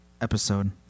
Episode